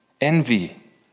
Envy